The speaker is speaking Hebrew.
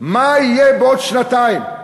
מה יהיה בעוד שנתיים?